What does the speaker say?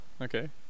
Okay